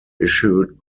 issued